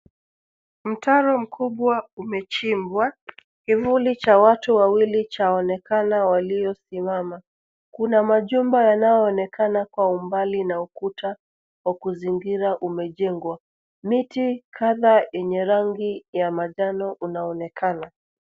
Mtaro mkubwa umechimbwa kivuli cha watu wawili chaonekana waliosimama ,kuna majumba yanayoonekana kwa umbali na ukuta wa kuzingira umejengwa ,miti kadhaa yenye rangi ya manjano unaonekana.